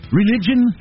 religion